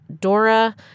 Dora